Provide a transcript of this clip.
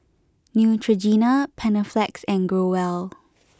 Neutrogena Panaflex and Growell